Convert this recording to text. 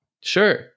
sure